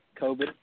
COVID